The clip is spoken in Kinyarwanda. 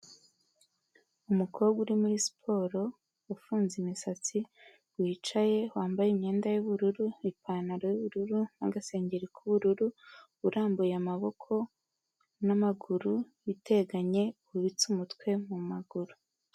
Umukobwa uri muri siporo ufunze imisatsi wicaye wambaye imyenda y'ubururu, ipantaro y'ubururu n'agasengeri k'ubururu, urambuye amaboko n'amaguru ateganye yubitse umutwe mu maguru.